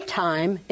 time